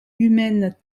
humaines